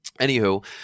anywho